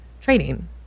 trading